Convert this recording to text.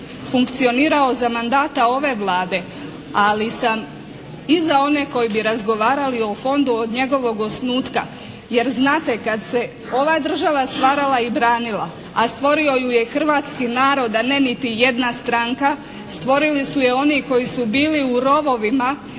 funkcionirao za mandata ove Vlade, ali sam i za one koji bi razgovarali o fondu od njegovog osnutka. Jer znate kad se ova država stvarala i branila, a stvorio ju je hrvatski narod a ne niti jedna stranka, stvorili su je oni koji su bili u rovovima